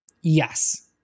yes